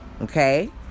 Okay